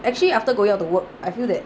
actually after going out to work I feel that